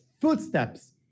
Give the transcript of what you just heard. Footsteps